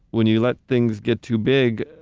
when you let things get too big,